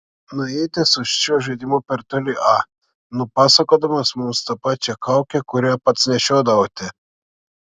nuėjote su šiuo žaidimu per toli a nupasakodamas mums tą pačią kaukę kurią pats nešiodavote